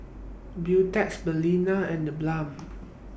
Beautex Balina and TheBalm